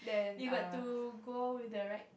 it's like to go with the right